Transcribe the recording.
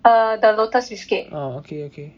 oh okay okay